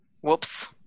Whoops